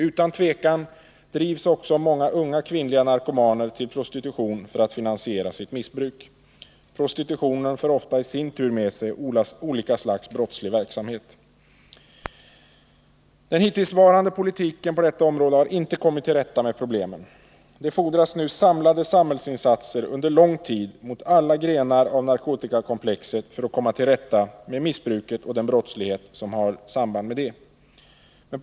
Utan tvivel drivs också många unga kvinnliga narkomaner till prostitution för att finansiera sitt missbruk. Prostitutionen för ofta i sin tur med sig olika slags brottslig verksamhet. Den hittillsvarande politiken på detta område har inte kommit till rätta med problemen. Det fordras nu samlade samhällsinsatser under lång tid mot alla grenar av narkotikakomplexet för att vi skall komma till rätta med narkotikamissbruket och den brottslighet som har samband därmed.